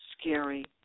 scary